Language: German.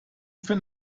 für